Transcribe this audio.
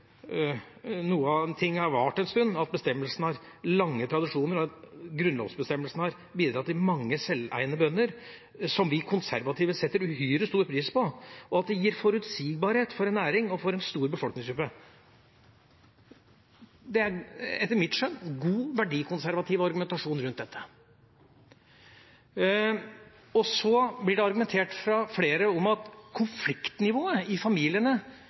noe at en ting har vart en stund, at bestemmelsene har lange tradisjoner, at grunnlovsbestemmelsene har bidratt til mange selveiende bønder, som vi som konservative setter uhyre stor pris på, og at det gir forutsigbarhet for en næring og for en stor befolkningsgruppe». Det er, etter mitt skjønn, en god, verdikonservativ argumentasjon rundt dette. Det blir argumentert fra flere med at konfliktnivået i familiene